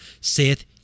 saith